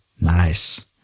Nice